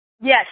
Yes